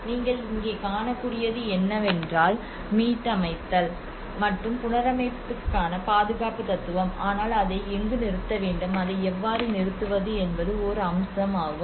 இங்கே நீங்கள் காணக்கூடியது என்னவென்றால் மீட்டமைத்தல் மற்றும் புனரமைப்புக்கான பாதுகாப்பு தத்துவம் ஆனால் அதை எங்கு நிறுத்த வேண்டும் அதை எவ்வாறு நிறுத்துவது என்பது ஓர் அம்சம் ஆகும்